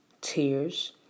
tears